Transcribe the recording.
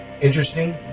Interesting